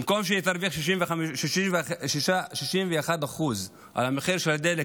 במקום שהיא תרוויח 61% על המחיר של הדלק,